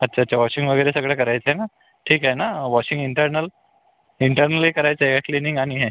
अच्छा अच्छा वॉशिंग वगैरे सगळं करायचं आहे ना ठीक आहे ना वॉशिंग इंटर्नल इंटर्नलही करायचं आहे का क्लिनिंग आणि हे